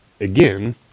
again